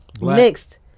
mixed